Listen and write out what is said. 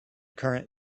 current